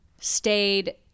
stayed